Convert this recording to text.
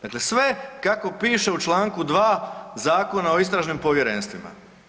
Dakle, sve kako piše u Članku 2. Zakona o istražnim povjerenstvima.